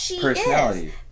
personality